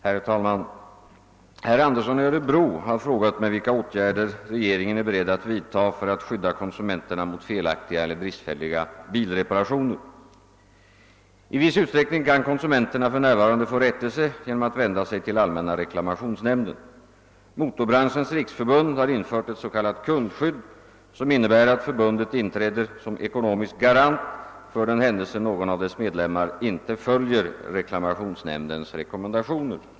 Herr talman! Herr Andersson i Öörebro har frågat mig vilka åtgärder regeringen är beredd att vidta för att skydda konsumenterna mot felaktiga eller bristfälliga bilreparationer. I viss utsträckning kan konsumenterna för närvarande få rättelse genom att vända sig till Allmänna reklamationsnämnden. Motorbranschens riksförbund har infört ett s.k. kundskydd, som innebär att förbundet träder in som ekonomisk garant för den händelse någon av dess medlemmar inte följer reklamationsnämndens rekommendationer.